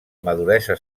maduresa